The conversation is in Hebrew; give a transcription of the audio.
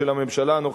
של הממשלה הנוכחית,